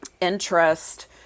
interest